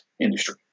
industry